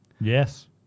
Yes